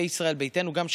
ונכון,